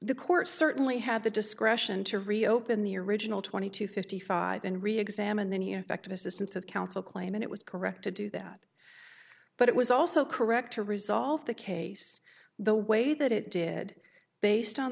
the court certainly had the discretion to reopen the original twenty two fifty five and re examine the knee effective assistance of counsel claim and it was correct to do that but it was also correct to resolve the case the way that it did based on